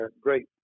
great